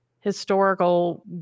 historical